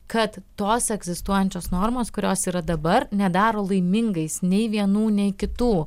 kad tos egzistuojančios normos kurios yra dabar nedaro laimingais nei vienų nei kitų